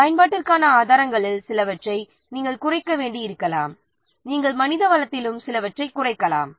பயன்பாட்டிற்கான ஆதாரங்களில் சிலவற்றை நாம் குறைக்க வேண்டியிருக்கலாம் நாம் மனித வளத்திலும் சிலவற்றைக் குறைக்கலாம்